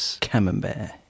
Camembert